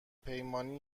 پیمانی